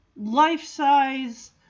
life-size